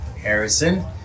Harrison